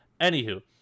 Anywho